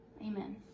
Amen